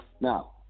Now